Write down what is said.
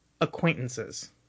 acquaintances